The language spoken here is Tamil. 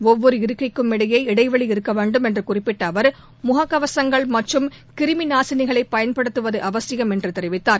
ஒவ்வொரு இருக்கைக்கும் இடையே இடைவெளி இருக்க வேண்டும் என்று குறிப்பிட்ட அவர் முகக்கவசங்கள் மற்றும் கிருமிநாசினிகளை பயன்படுத்துவது அவசியம் என்று தெரிவித்தார்